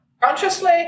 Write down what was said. consciously